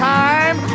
time